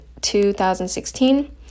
2016